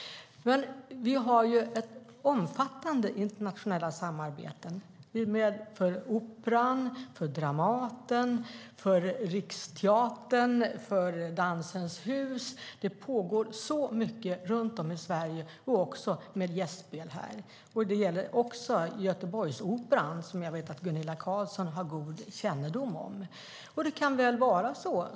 Vi har omfattande internationella samarbeten för Operan, Dramaten, Riksteatern och Dansens Hus. Det pågår väldigt mycket runt om i Sverige och också med gästspel här. Det gäller också Göteborgsoperan, som jag vet att Gunilla Carlsson har god kännedom om.